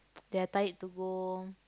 they are tired to go